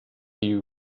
you